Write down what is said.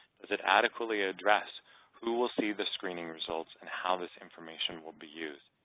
does it adequately address who will see the screening results and how this information will be used?